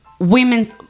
women's